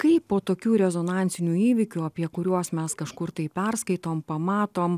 kaip po tokių rezonansinių įvykių apie kuriuos mes kažkur tai perskaitom pamatom